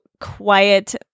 quiet